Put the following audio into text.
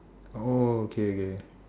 oh okay okay